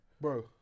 bro